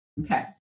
Okay